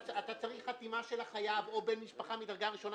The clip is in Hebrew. אתה צריך חתימה של החייב או בן משפחה מדרגה ראשונה